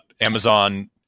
Amazon